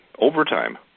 overtime